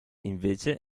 invece